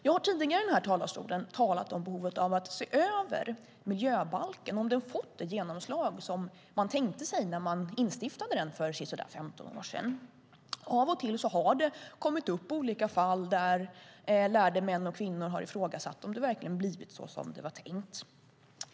Jag har tidigare i talarstolen talat om behovet av att se över miljöbalken och om den fått det genomslag som man tänkte sig när man instiftade den för sisådär 15 år sedan. Av och till har det kommit upp olika fall där lärde män och kvinnor har ifrågasatt om det verkligen blivit som det var tänkt.